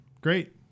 Great